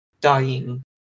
dying